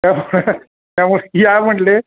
त्यामुळं या म्हणले